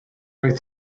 oedd